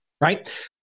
right